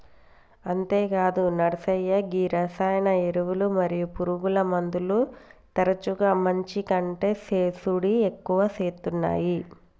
అంతేగాదు నర్సయ్య గీ రసాయన ఎరువులు మరియు పురుగుమందులు తరచుగా మంచి కంటే సేసుడి ఎక్కువ సేత్తునాయి